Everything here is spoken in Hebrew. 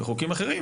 בחוקים אחרים,